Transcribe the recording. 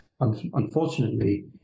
unfortunately